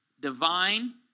divine